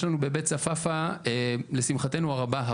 לשמחתנו הרבה,